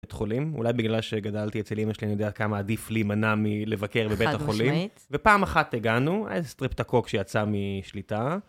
בית חולים, אולי בגלל שגדלתי אצל אמא שלי אני יודע כמה עדיף להימנע מלבקר בבית החולים, חד משמעית, ופעם אחת הגענו איזה סטרפטוקוק שיצא משליטה